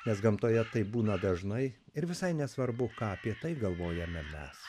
nes gamtoje taip būna dažnai ir visai nesvarbu ką apie tai galvojame mes